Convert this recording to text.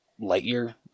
Lightyear